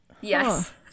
Yes